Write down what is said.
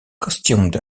costumed